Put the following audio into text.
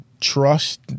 trust